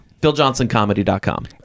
PhilJohnsonComedy.com